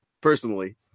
personally